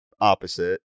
opposite